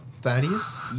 Thaddeus